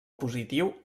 positiu